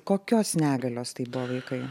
kokios negalios tai buvo vaikai